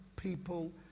people